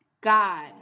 God